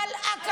לא, לא, לא.